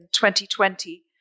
2020